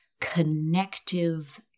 connective